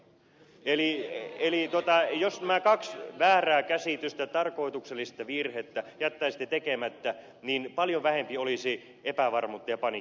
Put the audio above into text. eli jos nämä kaksi väärää käsitystä tarkoituksellista virhettä jättäisitte tekemättä niin paljon vähempi olisi epävarmuutta ja paniikkia suomessa